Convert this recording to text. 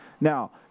Now